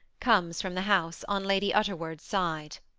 comes from the house, on lady utterword's side.